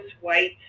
white